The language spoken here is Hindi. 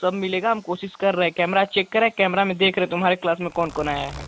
सब मिलेगा हम कोशिश कर रहें कैमरा चेक कर रए कैमरा में देख रहे तुम्हारे क्लास में कौन कौन आया है